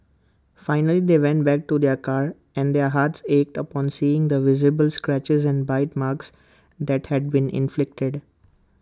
finally they went back to their car and their hearts ached upon seeing the visible scratches and bite marks that had been inflicted